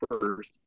first